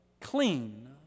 clean